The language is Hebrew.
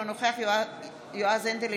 אינו נוכח יועז הנדל,